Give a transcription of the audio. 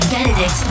Benedict